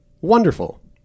wonderful